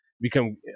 Become